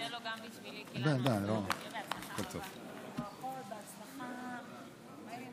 אבל יש בינינו חיבור שבנפש ואני אספר על זה בכמה מילים.